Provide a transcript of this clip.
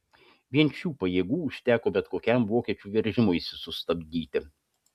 vien šių pajėgų užteko bet kokiam vokiečių veržimuisi sustabdyti